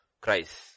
Christ